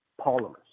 polymers